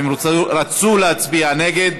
הם רצו להצביע נגד.